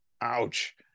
Ouch